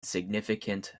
significant